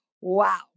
Wow